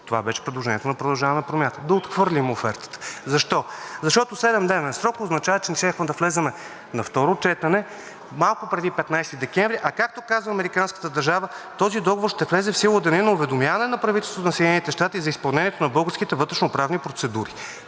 Това беше предложението на „Продължаваме Промяната“ – да отхвърлим офертата. Защо? Защото седемдневен срок означава, че ние щяхме да влезем на второ четене малко преди 15 декември, а както казва американската държава, този договор ще влезе в сила от деня на уведомяване на правителството на Съединените щати за изпълнението на българските вътрешноправни процедури.